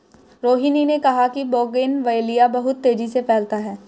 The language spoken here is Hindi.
रोहिनी ने कहा कि बोगनवेलिया बहुत तेजी से फैलता है